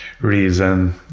reason